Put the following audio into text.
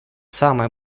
самое